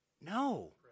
No